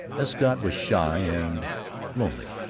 escott was shy and lonely.